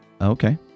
Okay